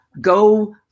go